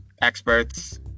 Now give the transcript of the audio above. experts